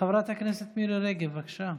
חברת הכנסת מירי רגב, בבקשה.